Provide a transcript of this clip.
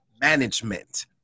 management